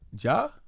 Ja